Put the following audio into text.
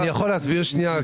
אני יכול להסביר שנייה?